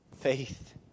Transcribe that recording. Faith